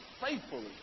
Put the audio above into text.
faithfully